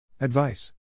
Advice